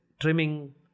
trimming